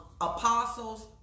apostles